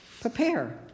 Prepare